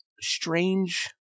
strange